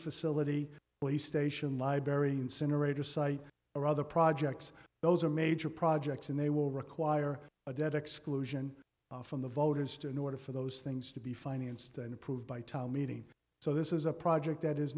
facility play station library incinerator site or other projects those are major projects and they will require a debt exclusion from the voters to in order for those things to be financed and approved by tom meeting so this is a project that is